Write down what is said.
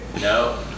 No